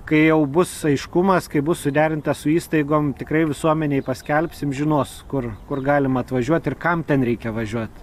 kai jau bus aiškumas kai bus suderinta su įstaigom tikrai visuomenei paskelbsim žinos kur kur galima atvažiuot ir kam ten reikia važiuot